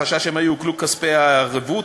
החשש שמא יעוקלו כספי הערובה